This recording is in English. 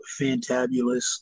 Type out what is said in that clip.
fantabulous